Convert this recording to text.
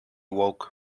woke